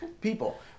people